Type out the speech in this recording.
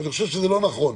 ואני חושב שזה לא נכון.